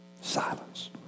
Silence